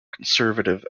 conservative